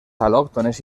al·lòctones